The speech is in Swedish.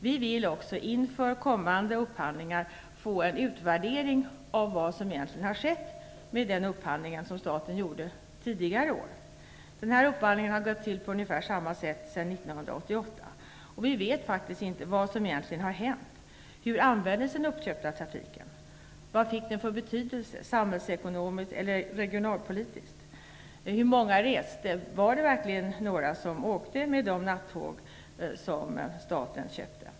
Vi vill också inför kommande upphandlingar få en utvärdering av vad som egentligen har skett med den upphandling staten gjorde tidigare år. Den här upphandlingen har gått till på ungefär samma sätt sedan 1988, och vi vet faktiskt inte vad som egentligen har hänt. Hur användes den uppköpta trafiken? Vad fick den för betydelse, samhällsekonomiskt eller regionalpolitiskt? Hur många reste? Var det verkligen några som åkte med de nattåg som staten köpte?